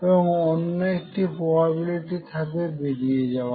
এবং অন্য একটি প্রবাবিলিটি থাকবে বেরিয়ে যাওয়ার